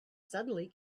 suddenly